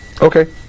Okay